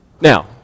Now